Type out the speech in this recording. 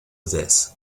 this